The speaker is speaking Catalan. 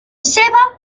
ceba